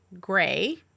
gray